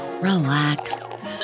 relax